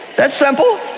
that's simple,